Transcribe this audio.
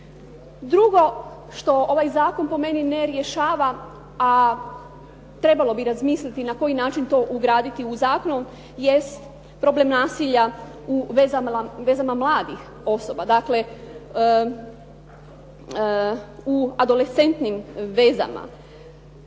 Drugo što ovaj zakon po meni ne rješava, a trebalo bi razmisliti na koji način to ugraditi u zakon, jest problem nasilja u vezama mladih osoba. Dakle u adolescentnim vezama.